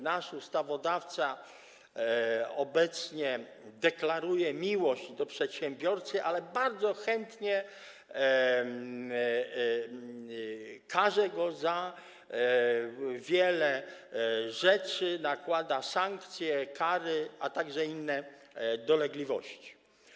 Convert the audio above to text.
Nasz ustawodawca obecnie deklaruje miłość do przedsiębiorcy, ale bardzo chętnie karze go za wiele rzeczy, nakłada sankcje, kary, a także powoduje inne dolegliwości.